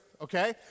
Okay